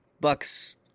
Buck's